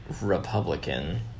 Republican